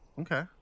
Okay